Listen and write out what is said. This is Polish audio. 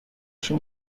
się